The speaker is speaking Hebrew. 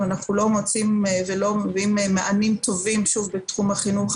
אם אנחנו לא נותנים מענים טובים בתחום החינוך,